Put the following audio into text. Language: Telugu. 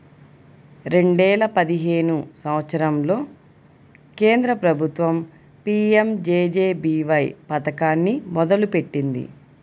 రెండేల పదిహేను సంవత్సరంలో కేంద్ర ప్రభుత్వం పీయంజేజేబీవై పథకాన్ని మొదలుపెట్టింది